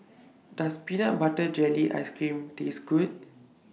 Does Peanut Butter Jelly Ice Cream Taste Good